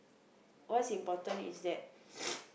what's important is that